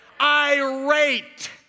irate